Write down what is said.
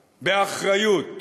באחריות,